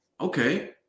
Okay